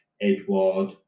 Edward